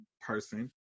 person